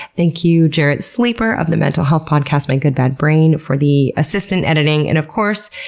thank you jarrett sleeper of the mental health podcast my good bad brain for the assistant editing. and of course,